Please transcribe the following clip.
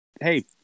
hey